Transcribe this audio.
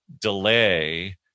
delay